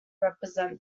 represent